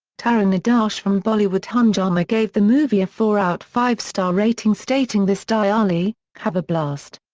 taran adarsh from bollywood hungama gave the movie a four out five star rating stating this diwali, have a blast!